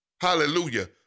Hallelujah